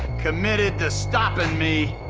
committed to stopin' me,